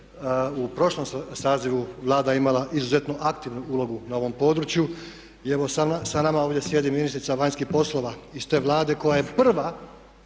u prošlom sazivu Vlada imala izuzetno aktivnu ulogu na ovom području. I evo sa nama ovdje sjedi ministrica vanjskih poslova iz te Vlade koja je prva